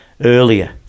earlier